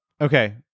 Okay